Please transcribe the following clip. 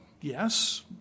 Yes